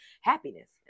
happiness